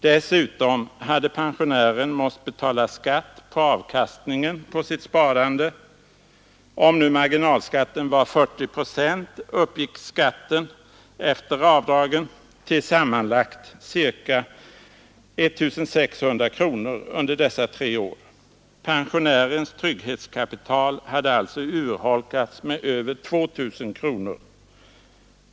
Dessutom hade pensionären måst betala skatt på avkastningen på sitt sparande; om marginalskatten var 40 procent uppgick skatten efter avdragen till sammanlagt ca 1 600 kronor under dessa tre år. Pensionärens trygghetskapital hade alltså urholkats med över 2000 kronor.